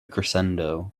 crescendo